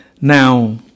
Now